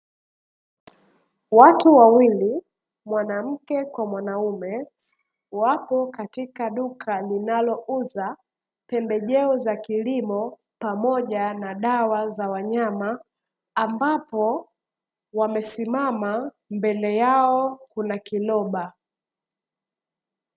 Watu wawili mwanamke kwa mwanaume wapo katika duka linalouza pembejeo za kilimo pamoja na dawa za wanyama, ambapo wamesimama mbele yao kuna kiroba.